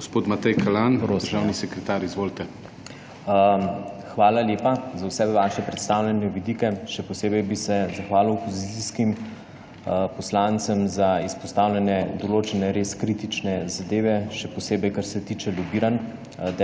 **MATEJ KALAN (državni sekretar SVDP):** Hvala lepa za vse vaše predstavljene vidike. Še posebej bi se zahvalil opozicijskim poslancem za izpostavljene določene res kritične zadeve, še posebej kar se tiče lobiranj.